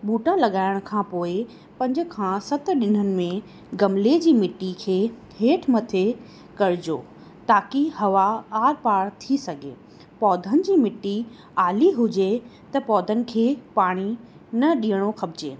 ॿूटा लॻाइण खां पोइ ई पंज खां सत ॾींहंनि में गमले जी मिटी खे हेठि मथे करिजो ताकि हवा आड़ पाड़ थी सघे पौधनि जी मिटी आली हुजे त पौधनि खे पाणी न ॾियणो खपिजे